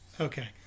Okay